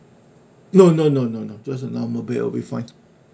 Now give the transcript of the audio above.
no no no no no just a normal bed will be fine